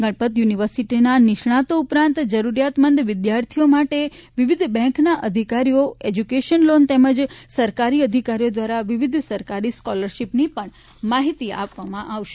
ગણપત યૂનિવર્સિટીના નિષ્ણાંતો ઉપરાંત જરૂરિયાતમંદ વિદ્યાર્થીઓ માટે વિવિધ બેન્કના અધિકારીઓ એજ્યુકેશન લોન તેમજ સરકારી અધિકારીઓ દ્વારા વિવિધ સરકારી સ્કોલરશીપની પણ માહિતી આપવામાં આવશે